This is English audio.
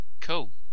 cool